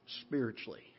Spiritually